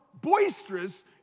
boisterous